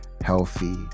healthy